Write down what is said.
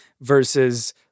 versus